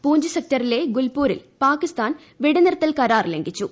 പൂഞ്ച് സെക്ടറിലെ ഗുൽപൂരിൽ പാകിസ്ഥാൻ വെടിനിർത്തൽ കരാർ ലംഘിച്ചു